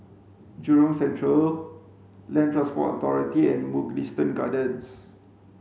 Jurong Central Land Transport Authority and Mugliston Gardens